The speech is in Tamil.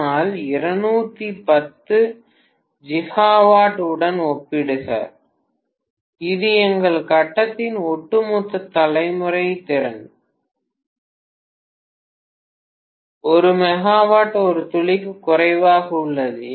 ஆனால் 210 ஜிகாவாட் உடன் ஒப்பிடுக இது எங்கள் கட்டத்தின் ஒட்டுமொத்த தலைமுறை திறன் 1 மெகாவாட் ஒரு துளிக்கு குறைவாக உள்ளது